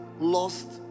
lost